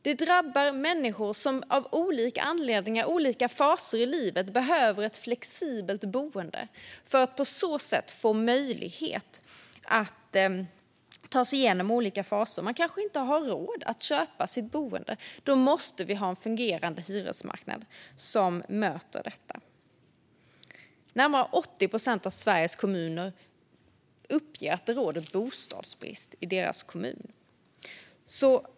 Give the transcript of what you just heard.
Den drabbar människor som av olika anledningar behöver ett flexibelt boende för att på så sätt få möjlighet att ta sig genom olika faser i livet. Man kanske inte har råd att köpa sitt boende - då måste vi ha en fungerande hyresmarknad som möter detta. Närmare 80 procent av Sveriges kommuner uppger att det råder bostadsbrist i deras kommun.